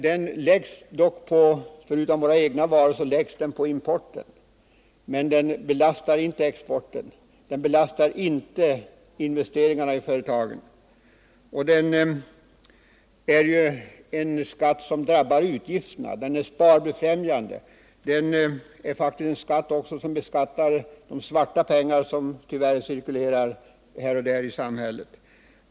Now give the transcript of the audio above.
Den läggs förutom på våra egna varor även på importen, men den belastar inte exporten, den belastar inte investeringarna i företagen och den är ju en skatt som drabbar utgifterna. Den är sparbefrämjande, och den är faktiskt också en skatt med vilken man beskattar de svarta pengar som tyvärr cirkulerar här och där i samhället.